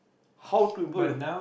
how to improve your